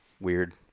weird